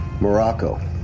morocco